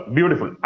Beautiful